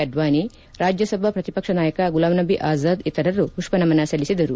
ಅಡ್ಲಾನಿ ರಾಜ್ಯಸಭಾ ಪ್ರತಿಪಕ್ಷ ನಾಯಕ ಗುಲಾಂ ನಬೀ ಅಜಾದ್ ಇತರರು ಪುಷ್ಸ ನಮನ ಸಲ್ಲಿಸಿದರು